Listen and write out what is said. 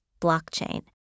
blockchain